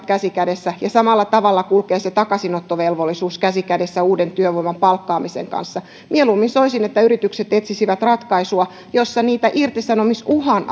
käsi kädessä samalla tavalla kulkee se takaisinottovelvollisuus käsi kädessä uuden työvoiman palkkaamisen kanssa mieluummin soisin että yritykset etsisivät ratkaisua jossa niitä irtisanomisuhan